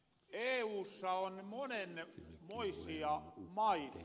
eussa on monenmoisia maita